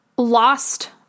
Lost